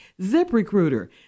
ZipRecruiter